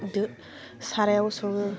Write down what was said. दो सारायाव सङो